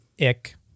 ick